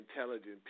intelligent